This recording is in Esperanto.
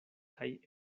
kaj